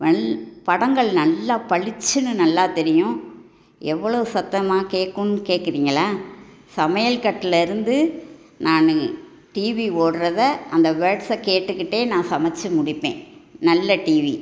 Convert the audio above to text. படங்கள் நல்ல பளிச்சுனு நல்லா தெரியும் எவ்வளோ சத்தமா கேட்குனு கேட்குறீங்களா சமையல்கட்டுலேருந்து நானு டிவி ஓடுகிறதை அந்த வேர்ட்ஸ் கேட்டுகிட்டேன் நான் சமைத்து முடிப்பேன் நல்ல டிவி